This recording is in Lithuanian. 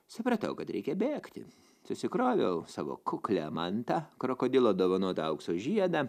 supratau kad reikia bėgti susikroviau savo kuklią mantą krokodilo dovanotą aukso žiedą